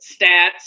stats